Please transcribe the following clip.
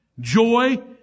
joy